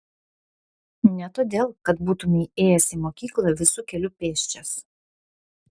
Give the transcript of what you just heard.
ne todėl kad būtumei ėjęs į mokyklą visu keliu pėsčias